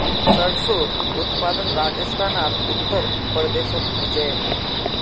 सर्सोंर उत्पादन राजस्थान आर उत्तर प्रदेशोत होचे